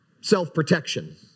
self-protection